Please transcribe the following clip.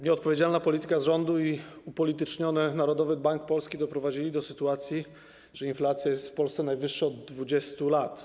Nieodpowiedzialna polityka rządu i upolityczniony Narodowy Bank Polski doprowadziły do sytuacji, że inflacja w Polsce jest najwyższa od 20 lat.